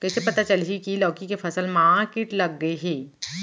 कइसे पता चलही की लौकी के फसल मा किट लग गे हे?